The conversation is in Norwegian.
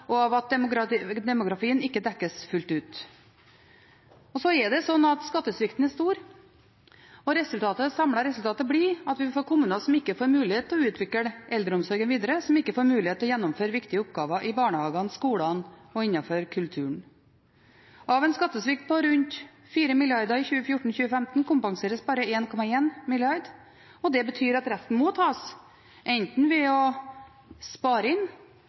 lovet, og av at demografien ikke dekkes fullt ut. Så er skattesvikten stor, og det samlede resultatet blir at vi får kommuner som ikke får mulighet til å utvikle eldreomsorgen videre, og som ikke får mulighet til å gjennomføre viktige oppgaver i barnehagene, skolene og innenfor kulturen. Av en skattesvikt på rundt 4 mrd. kr i 2014–2015 kompenseres bare 1,1 mrd. kr. Det betyr at resten må tas enten ved å spare inn